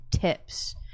tips